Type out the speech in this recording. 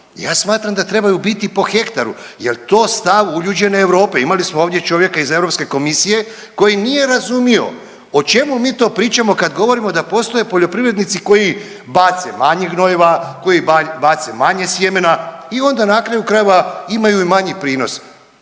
Ja smatram da trebaju biti po hektaru, jer je to stav uljuđene Europe. Imali smo ovdje čovjeka iz Europske komisije koji nije razumio o čemu mi to pričamo kad govorimo da postoje poljoprivrednici koji bace manje gnojiva, koji bace manje sjemena i onda na kraju krajeva imaju i manji prinos.